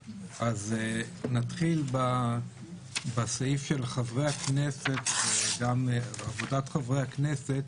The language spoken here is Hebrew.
נתחיל בסעיף של חברי הכנסת וגם עבודת חברי הכנסת.